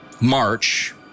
March